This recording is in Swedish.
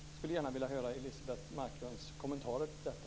Jag skulle vilja höra Elisebeht Markströms kommentarer till detta.